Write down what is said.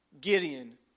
Gideon